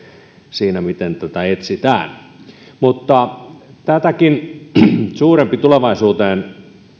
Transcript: siinä miten tätä etsitään mutta tätäkin suurempi tulevaisuuteen